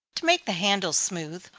to make the handles smooth,